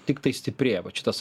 tiktai stiprėja vat šitas